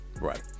right